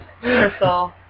Crystal